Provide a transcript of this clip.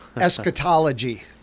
eschatology